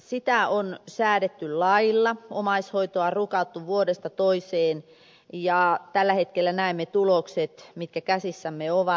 siitä on säädetty lailla omaishoitoa on rukattu vuodesta toiseen ja tällä hetkellä näemme tulokset mitkä käsissämme ovat